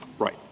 Right